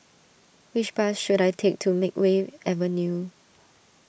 which bus should I take to Makeway Avenue